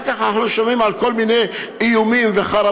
ואחר כך אנחנו שומעים על כל מיני איומים וחרמות.